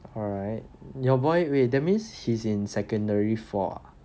oh wait your boy wait that means he's in secondary four ah